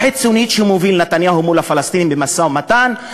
החיצונית שמוביל נתניהו מול הפלסטינים במשא-ומתן,